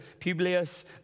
Publius